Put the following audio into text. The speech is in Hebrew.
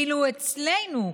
ואילו אצלנו,